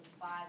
five